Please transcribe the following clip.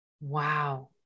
Wow